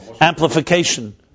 amplification